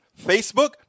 Facebook